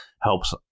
helps